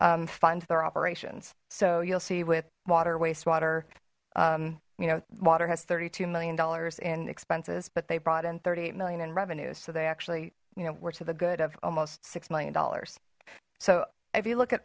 their operations so you'll see with water wastewater you know water has thirty two million dollars in expenses but they brought in thirty eight million in revenues so they actually you know we're to the good of almost six million dollars so if you look at